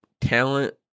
talent